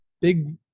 big